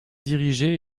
dirigeait